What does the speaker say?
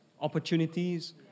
opportunities